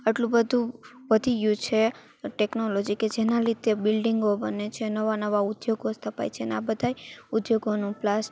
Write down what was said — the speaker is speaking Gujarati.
આટલું બધું વધી ગયું છે ટેક્નોલોજી કે જેનાં લીધે બિલ્ડીંગો બને છે નવા નવા ઉદ્યોગો સ્થાપાય છે ને આ બધાય ઉદ્યોગોનું પ્લાસટી